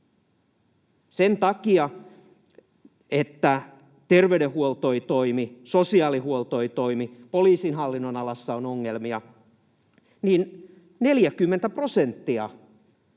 Sen takia, että terveydenhuolto ei toimi, sosiaalihuolto ei toimi, poliisin hallinnonalassa on ongelmia, 40 prosenttia